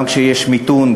גם כשיש מיתון,